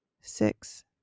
six